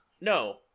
no